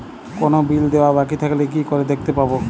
কোনো বিল দেওয়া বাকী থাকলে কি করে দেখতে পাবো?